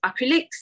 acrylics